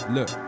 Look